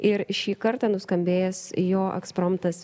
ir šį kartą nuskambėjęs jo ekspromtas